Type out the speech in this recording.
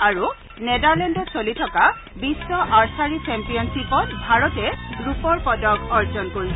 আৰু নেডাৰলেণ্ডত চলি থকা বিশ্ব আৰ্চাৰী চেম্পিয়নশ্বিপত ভাৰতে ৰূপৰ পদক অৰ্জন কৰিছে